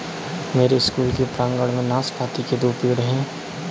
मेरे स्कूल के प्रांगण में नाशपाती के दो पेड़ हैं